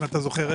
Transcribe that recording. אם אתה זוכר,